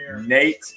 nate